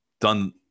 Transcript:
done